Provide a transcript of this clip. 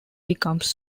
becomes